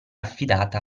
affidata